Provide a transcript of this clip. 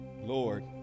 Lord